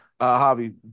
Javi